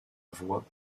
voie